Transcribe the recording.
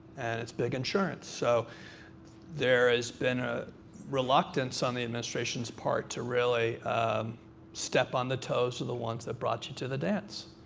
and it's big insurance. so there has been a reluctance on the administration's part to really step on the toes of the ones that brought you to the dance.